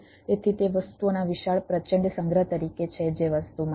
તેથી તે વસ્તુઓના વિશાળ પ્રચંડ સંગ્રહ તરીકે છે જે વસ્તુમાં છે